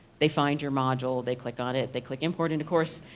they find your module, they click on it, they click import into course,